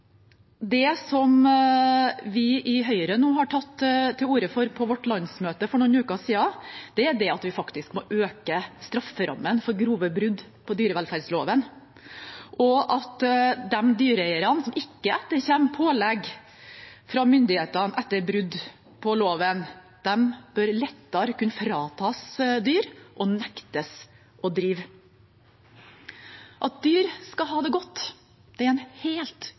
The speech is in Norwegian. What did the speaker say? Det som vi i Høyre tok til orde for på vårt landsmøte for noen uker siden, er at vi faktisk må øke strafferammen for grove brudd på dyrevelferdsloven, og at de dyreeierne som ikke etterkommer pålegg fra myndighetene etter brudd på loven, lettere bør kunne fratas dyr og nektes å drive. At dyr skal ha det godt, er en helt